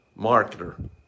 marketer